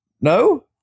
No